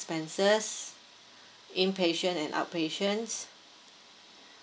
expenses impatient and outpatients